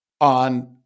on